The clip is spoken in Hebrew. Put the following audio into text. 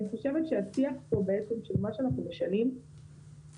אני חושבת שהשיח של מה שאנחנו משנים פה,